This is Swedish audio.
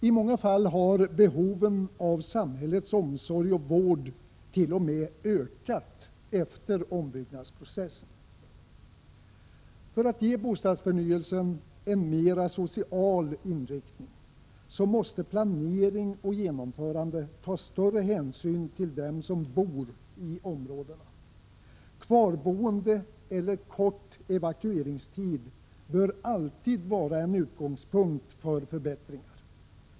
I många fall har behoven av samhällets omsorg och vård t.o.m. ökat efter en ombyggnadsprocess. För att ge bostadsförnyelsen en mera social inriktning måste man vid planering och genomförande ta större hänsyn till dem som bor i områdena. Kvarboende eller kort evakueringstid bör alltid vara en utgångspunkt för förbättringar.